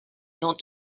dans